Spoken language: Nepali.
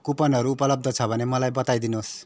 कुपनहरू उपलब्ध छ भने मलाई बताइदिनुहोस्